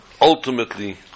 ultimately